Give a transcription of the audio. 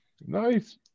nice